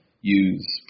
Use